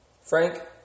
Frank